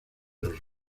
los